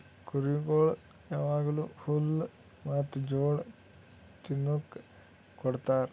ಕುರಿಗೊಳಿಗ್ ಯಾವಾಗ್ಲೂ ಹುಲ್ಲ ಮತ್ತ್ ಜೋಳ ತಿನುಕ್ ಕೊಡ್ತಾರ